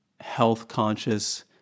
health-conscious